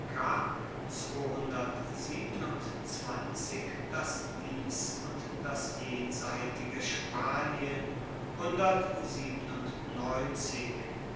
das dies und das jenseitige spanien